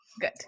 Good